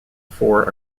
four